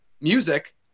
Music